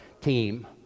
team